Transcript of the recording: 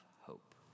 hope